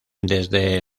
desde